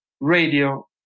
radio